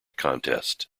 contest